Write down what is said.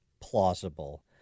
plausible